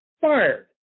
fired